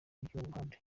ruhande